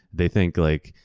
they think like,